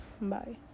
Bye